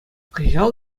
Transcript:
кӑҫал